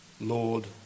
Lord